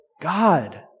God